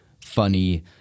funny